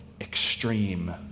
extreme